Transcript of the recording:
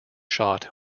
shot